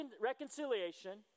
reconciliation